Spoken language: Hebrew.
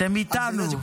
אתם איתנו.